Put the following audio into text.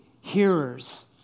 hearers